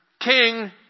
King